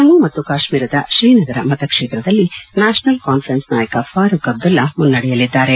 ಜಮ್ನು ಮತ್ತು ಕಾಶ್ಮೀರದ ಶ್ರೀನಗರ ಮತಕ್ಷೇತ್ರದಲ್ಲಿ ನ್ಯಾಷನಲ್ ಕಾನ್ಫರೆನ್ಸ್ ನಾಯಕ ಫಾರೂಕ್ ಅಬ್ದುಲ್ನಾ ಮುನ್ನಡೆಯಲಿದ್ದಾರೆ